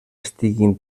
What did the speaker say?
estiguin